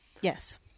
Yes